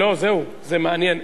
לא, זהו, זה מעניין.